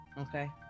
okay